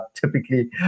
typically